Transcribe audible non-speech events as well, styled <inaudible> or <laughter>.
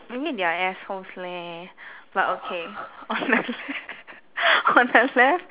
maybe they're assholes leh but okay on the left <laughs> on the left